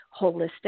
holistic